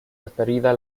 referida